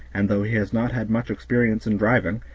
and though he has not had much experience in driving,